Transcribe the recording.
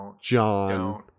John